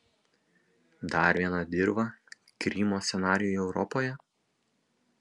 dar viena dirva krymo scenarijui europoje